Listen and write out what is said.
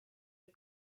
are